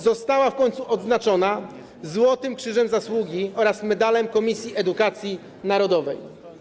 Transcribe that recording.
Została w końcu odznaczona Złotym Krzyżem Zasługi oraz Medalem Komisji Edukacji Narodowej.